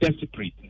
desperate